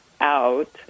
out